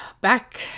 back